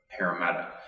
paramedic